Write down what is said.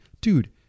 dude